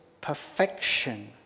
perfection